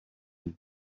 with